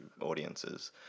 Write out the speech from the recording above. audiences